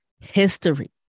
history